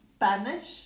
Spanish